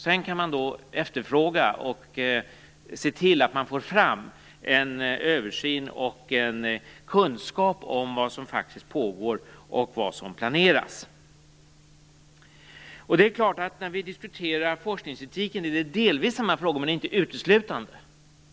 Sedan kan man efterfråga och se till att få fram en översyn och en kunskap om vad som pågår och vad som planeras. När vi diskuterar forskningsetiken är det förstås delvis samma frågor, men inte uteslutande.